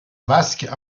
vasque